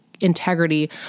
integrity